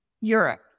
Europe